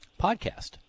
podcast